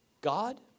God